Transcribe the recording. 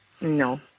No